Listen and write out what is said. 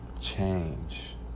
change